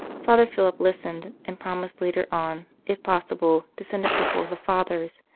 father philip listened, and promised later on, if possible, to send a couple of the fathers,